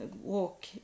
walk